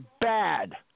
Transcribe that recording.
bad